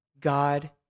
God